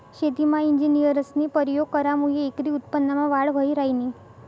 शेतीमा इंजिनियरस्नी परयोग करामुये एकरी उत्पन्नमा वाढ व्हयी ह्रायनी